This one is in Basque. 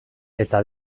eta